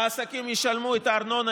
העסקים ישלמו את הארנונה,